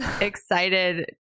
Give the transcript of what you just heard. excited